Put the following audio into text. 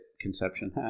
conception